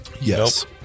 Yes